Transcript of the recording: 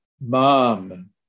mom